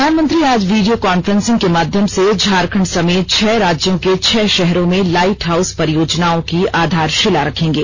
प्रधानमंत्री आज video conferencing के माध्यम से झारखंड समेत छह राज्यों के छह शहरों में लाइट हाउस परियोजनाओं की आधारशिला रखेंगे